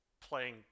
playing